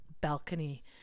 balcony